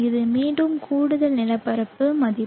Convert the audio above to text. இது மீண்டும் கூடுதல் நிலப்பரப்பு மதிப்பு